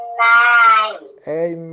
Amen